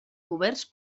coberts